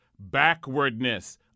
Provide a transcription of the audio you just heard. backwardness